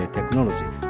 Technology